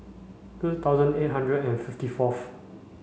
two thousand eight hundred and fifty fourth